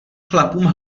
chlapům